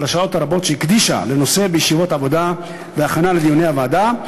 על השעות הרבות שהיא הקדישה לנושא בישיבות עבודה ובהכנה לדיוני הוועדה,